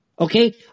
okay